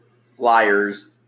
Flyers